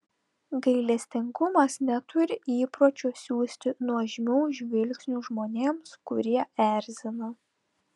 gailestingumas neturi įpročio siųsti nuožmių žvilgsnių žmonėms kurie erzina